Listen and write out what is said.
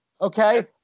Okay